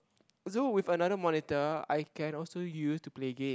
so with another monitor I can also use to play game